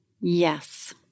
Yes